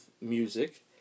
music